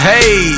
Hey